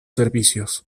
servicios